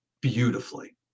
beautifully